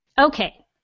Okay